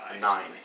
Nine